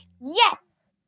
Yes